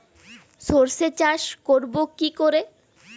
সর্ষে চাষ করব কি করে?